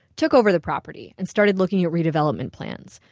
took over the property and started looking at redevelopment plans.